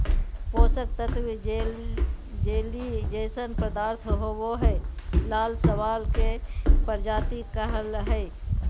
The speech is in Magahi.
पोषक तत्त्व जे जेली जइसन पदार्थ होबो हइ, लाल शैवाल के प्रजाति कहला हइ,